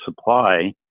supply